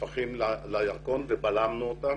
השפכים לירקון ובלמנו אותם.